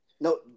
no